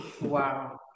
Wow